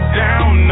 down